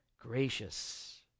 gracious